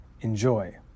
Enjoy